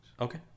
Okay